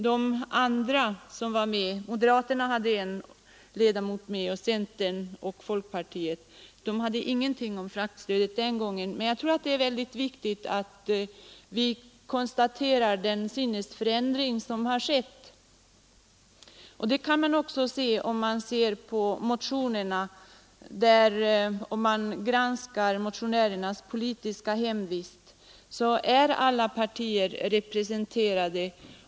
De andra ledamöterna i utredningen, en moderat, en centerpartist och en folkpartist, hade ingenting att säga om fraktstödet den gången, men jag tror det är viktigt att konstatera den sinnesändring som har inträtt. Detta kan man också se av motionerna. Om man granskar motionärernas politiska hemvist finner man att alla partier är representerade.